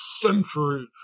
centuries